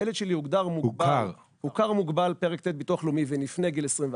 הילד הוכר מוגבל לפי פרק ט' בביטוח לאומי ולפני גיל 21,